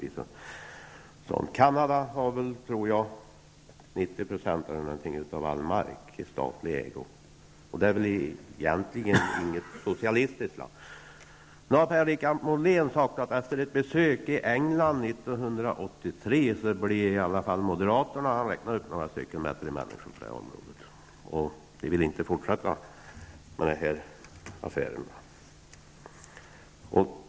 I Canada exempelvis är ca 90 % av all mark i statlig ägo. Per-Richard Molén talade om ett besök i England som gjordes 1983. Efter det besöket vill i varje fall inte moderaterna -- han räknade upp några bättre människor -- fortsätta med de här affärerna.